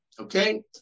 Okay